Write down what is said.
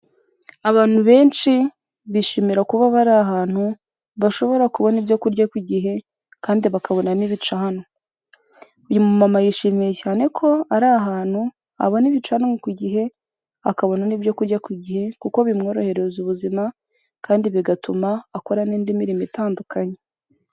Abantu benshi bishimira kuba bari ahantu, bashobora kubona ibyo kurya ku gihe kandi bakabona n'ibicanwa, uyu mumama yishimiye cyane ko ari ahantu abona ibicanmo ku gihe, akabona n'ibyo kurya ku gihe kuko bimworohereza ubuzima, kandi bigatuma akora n'indi mirimo itandukanye.